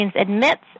admits